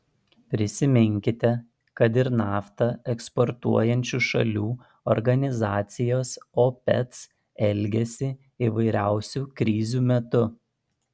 prisiminkite kad ir naftą eksportuojančių šalių organizacijos opec elgesį įvairiausių krizių metu